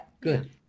good